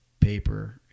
paper